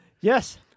Yes